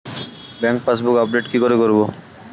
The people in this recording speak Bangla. ব্যাংক পাসবুক আপডেট কি করে করবো?